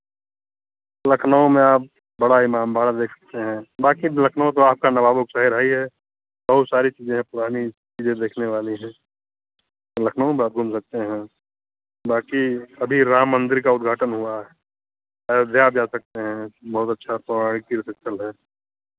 लखनऊ में अब बड़ा इमामबाड़ा देख सकते हैं बाँकी लखनऊ तो आपका नवाबों का शहर है ही है बहुत सारी चीज़ें हैं पुरानी चीज़ें देखने वाली हैं लखनऊ में बहुत घूम सकते हैं बाँकी अभी राम मंदिर का उद्घाटन हुआ है अयोध्या आप जा सकते हैं बहुत अच्छा आपका एक तीर्थ स्थल है